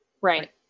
Right